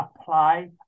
apply